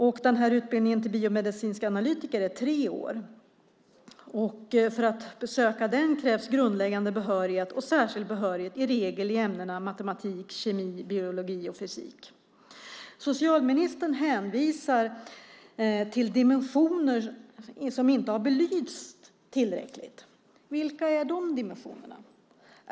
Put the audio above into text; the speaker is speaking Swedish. Utbildningen till biomedicinsk analytiker är på tre år. För att söka den krävs grundläggande behörighet och särskild behörighet i regel i ämnena matematik, kemi, biologi och fysik. Socialministern hänvisar till dimensioner som inte har belysts tillräckligt. Vilka är de dimensionerna?